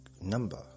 number